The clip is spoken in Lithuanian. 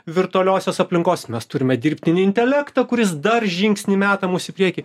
virtualiosios aplinkos mes turime dirbtinį intelektą kuris dar žingsnį meta mus į priekį